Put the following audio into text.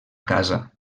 casa